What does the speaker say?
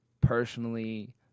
personally